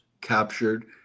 captured